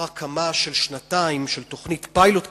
הקמה של שנתיים של תוכנית פיילוט כביכול,